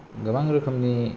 गोबां रोखोमनि